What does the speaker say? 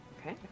Okay